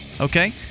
Okay